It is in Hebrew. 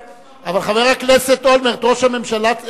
בסדר, אבל כולם, הרבה יותר, הם סמרטוטים.